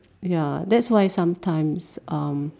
ya that's why sometimes um